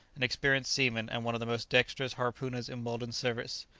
an experienced seaman, and one of the most dexterous harpooners in weldon's service.